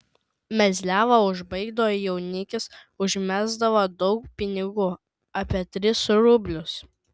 mezliavą užbaigdavo jaunikis užmesdavo daug pinigų apie tris rublius